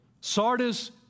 Sardis